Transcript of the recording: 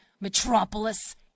Metropolis